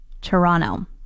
Toronto